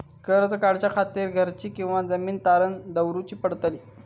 कर्ज काढच्या खातीर घराची किंवा जमीन तारण दवरूची पडतली?